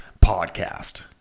podcast